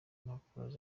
mpapuro